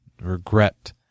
regret